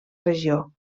regió